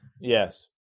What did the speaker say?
Yes